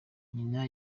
nyina